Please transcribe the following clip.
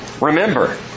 Remember